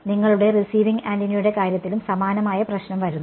നിങ്ങളുടെ റിസീവിങ്ങ് ആന്റിനയുടെ കാര്യത്തിലും സമാനമായ പ്രശ്നം വരുന്നു